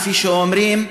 כפי שאומרים,